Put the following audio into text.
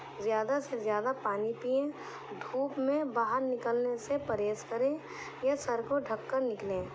زیادہ سے زیادہ پانی پئیں دھوپ میں باہر نکلنے سے پرہیز کریں یا سر کو ڈھک کر نکلیں